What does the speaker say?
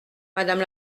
madame